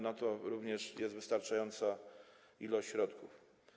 Na to również jest wystarczająca ilość środków.